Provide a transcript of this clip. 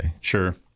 Sure